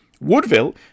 Woodville